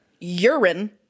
urine